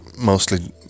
mostly